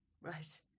right